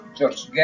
George